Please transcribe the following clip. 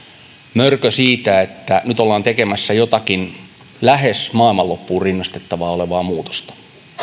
mörkö siitä että nyt ollaan tekemässä jotakin lähes maailmanloppuun rinnastettavaa olevaa muutosta